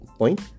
point